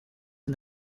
and